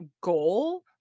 goal